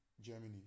Germany